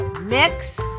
mix